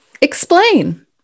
explain